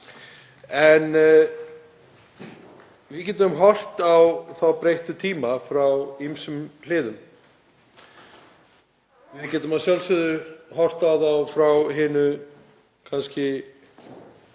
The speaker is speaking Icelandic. En við getum horft á þá breyttu tíma frá ýmsum hliðum. Við getum að sjálfsögðu horft á þá frá þeim vinkli